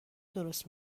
درست